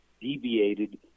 deviated